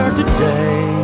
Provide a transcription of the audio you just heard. today